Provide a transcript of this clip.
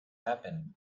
happen